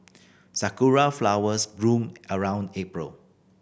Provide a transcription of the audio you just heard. sakura flowers bloom around April